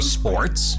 sports